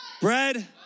bread